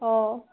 অঁ